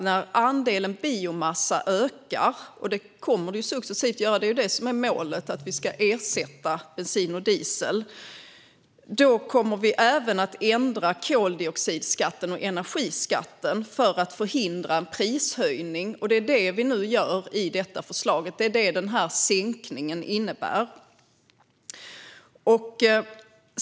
När andelen biomassa ökar - och det kommer den successivt att göra, för målet är ju att ersätta bensin och diesel - kommer vi även att ändra koldioxidskatten och energiskatten för att förhindra en prishöjning. Det är det vi gör i detta förslag; det är det denna sänkning innebär.